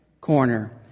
corner